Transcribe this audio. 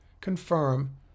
confirm